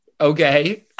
Okay